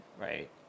right